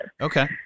Okay